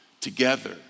together